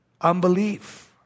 Unbelief